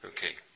Okay